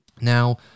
Now